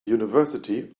university